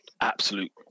Absolute